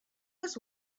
was